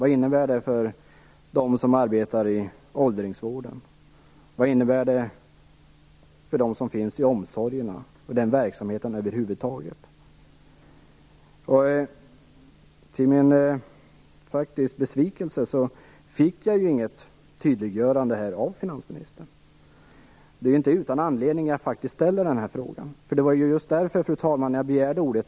Vad innebär det för dem som arbetar inom åldringsvården? Vad innebär det för dem som finns inom omsorgerna, och i den verksamheten över huvud taget? Till min besvikelse fick jag inget tydliggörande av finansministern. Det är faktiskt inte utan anledning jag ställer denna fråga. Det var just därför, fru talman, jag begärde ordet.